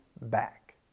back